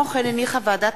זחאלקה וחנין זועבי,